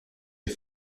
est